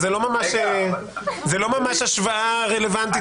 אז המספרים זה לא ממש השוואה רלוונטית.